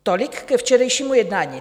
Tolik ke včerejšímu jednání.